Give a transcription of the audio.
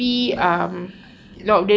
but I ya